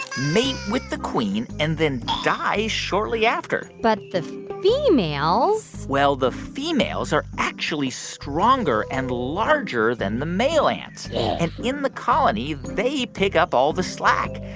mate with the queen and then die shortly after but the females. well, the females are actually stronger and larger than the male ants and in the colony, they pick up all the slack.